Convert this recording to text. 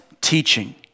teaching